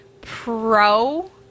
pro